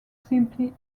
simply